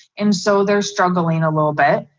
and so they're struggling a little bit.